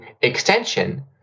extension